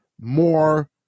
more